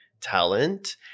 talent